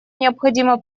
необходимо